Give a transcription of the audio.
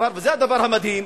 וזה הדבר המדהים,